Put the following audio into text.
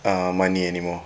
uh money anymore